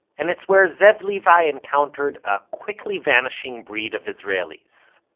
and it's where zev levi encountered a quickly vanishing breed of israelis.